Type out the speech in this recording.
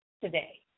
today